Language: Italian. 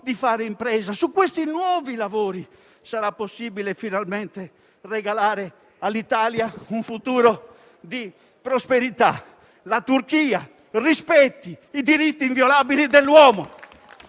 di fare impresa e su questi nuovi lavori sarà possibile, finalmente, regalare all'Italia un futuro di prosperità. La Turchia rispetti i diritti inviolabili dell'uomo: